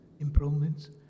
improvements